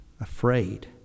afraid